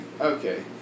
Okay